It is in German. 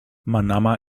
manama